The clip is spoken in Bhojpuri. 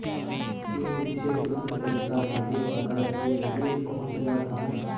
इ विधि से तुरंते पईसा भेजे वाला के लगे पहुंच जात हवे